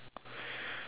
oh no